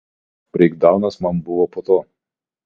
visiškas breikdaunas man buvo po to